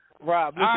Rob